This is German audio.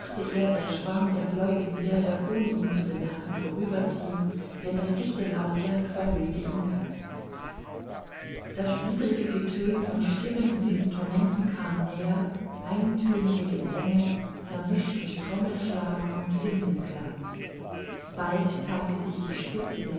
der schwarm der gläubigen werde ohne ihn zu bemerken vorüberziehen denn das dichte laubwerk verhüllte ihn ganz das widrige getön von stimmen und instrumenten kam näher eintönige gesänge vermischt mit trommelschlag und cimbelnklang bald zeigte sich die spitze der